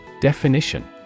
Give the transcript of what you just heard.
Definition